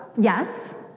yes